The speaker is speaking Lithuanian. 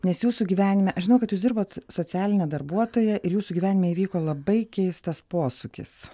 nes jūsų gyvenime aš žinau kad jūs dirbat socialine darbuotoja ir jūsų gyvenime įvyko labai keistas posūkis